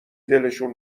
دلشون